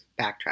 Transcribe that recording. backtrack